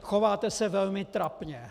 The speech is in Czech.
Chováte se velmi trapně.